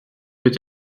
peut